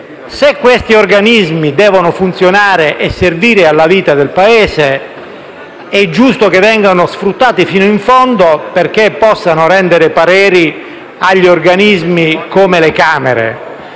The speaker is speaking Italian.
se questi organismi devono funzionare e servire alla vita del Paese, è giusto che vengano sfruttati fino in fondo, perché possano rendere pareri alle Camere.